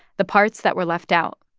the parts that were left out.